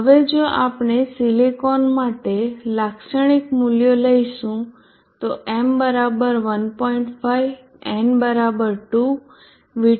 હવે જો આપણે સિલિકોન માટે લાક્ષણિક મૂલ્યો લઈશું તોm 1